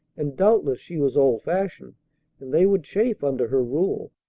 and doubtless she was old-fashioned, and they would chafe under her rule.